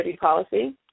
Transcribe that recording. policy